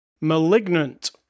Malignant